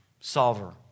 solver